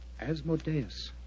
Asmodeus